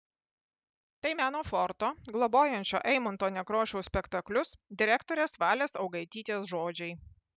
tai meno forto globojančio eimunto nekrošiaus spektaklius direktorės valės augaitytės žodžiai